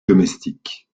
domestiques